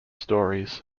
stories